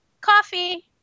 Coffee